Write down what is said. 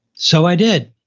so i did,